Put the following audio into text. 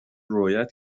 رویت